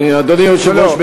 אדוני היושב-ראש,